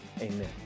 amen